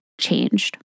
changed